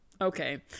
okay